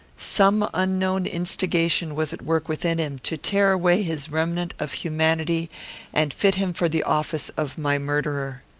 some unknown instigation was at work within him, to tear away his remnant of humanity and fit him for the office of my murderer.